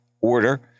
order